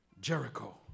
Jericho